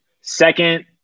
Second